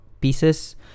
pieces